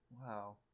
wow